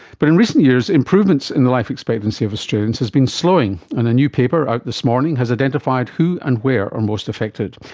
but in recent years, improvements in the life expectancy of australians has been slowing, and a new paper out this morning has identified who and where are most affected.